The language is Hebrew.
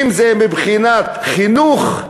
אם מבחינת חינוך,